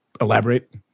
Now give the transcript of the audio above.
Elaborate